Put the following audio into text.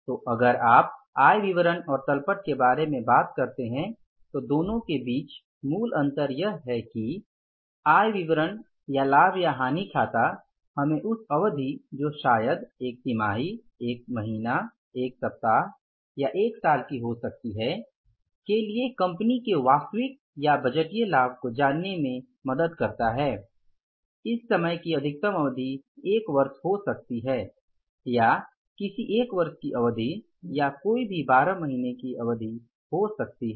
तो अगर आप आय विवरण और तल पट के बारे में बात करते हैं तो दोनो के बीच मूल अंतर यह है कि आय विवरण या लाभ और हानि खाता हमें उस अवधि जो शायद एक तिमाही एक महीना एक सप्ताह या यह एक साल हो सकता है के लिए कंपनी के वास्तविक या बजटीय लाभ को जानने में मदद करता है इस समय की अधिकतम अवधि एक वर्ष हो सकती है या किसी एक वर्ष की अवधि या कोई भी 12 महीने की अवधि हो सकती है